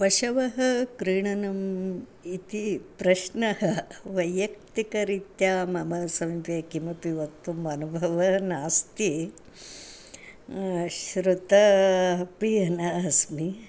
पशवः क्रीणनम् इति प्रश्नः वैयक्तिकरीत्या मम समीपे किमपि वक्तुम् अनुभवः नास्ति श्रुतः अपि न अस्मि